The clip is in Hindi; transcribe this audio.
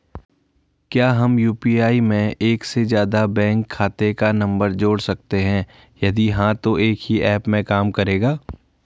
क्या हम यु.पी.आई में एक से ज़्यादा बैंक खाते का नम्बर जोड़ सकते हैं यदि हाँ तो एक ही ऐप में काम करेगा?